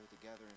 together